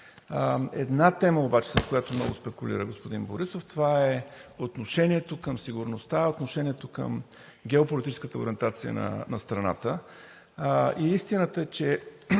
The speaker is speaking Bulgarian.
Една тема обаче, с която много спекулира господин Борисов, това е отношението към сигурността, отношението към геополитическата ориентация на страната. И истината е, че